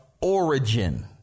origin